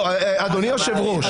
אדוני היושב-ראש,